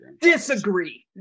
Disagree